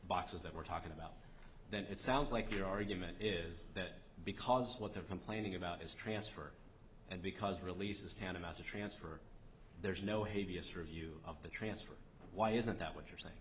boxes that we're talking about that it sounds like your argument is that because what they're complaining about is transfer and because release is tantamount to transfer there's no hey vs review of the transfer why isn't that what you're saying